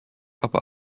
aber